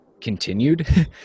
continued